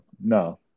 no